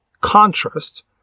contrast